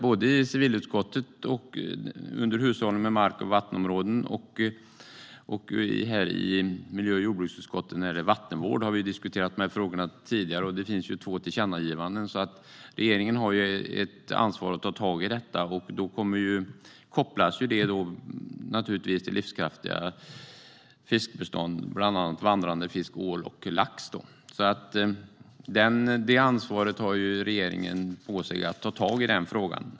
Både i civilutskottet och i miljö och jordbruksutskottet har man tidigare diskuterat hushåll med mark och vattenområden när det gäller vattenvård. Det finns två tillkännagivanden, så regeringen har ju ett ansvar för att ta tag i detta. Det kopplas då naturligtvis till livskraftiga fiskbestånd av bland annat vandrande fisk som ål och lax. Regeringen har ansvaret för att ta tag i den frågan.